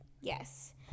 yes